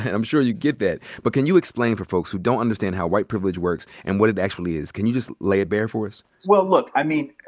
and i'm sure you get that. but can you explain for folks who don't understand how white privilege works and what it actually is, can you just lay it bare for us? us? well, look, i mean,